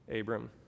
Abram